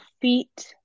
feet